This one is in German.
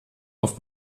auf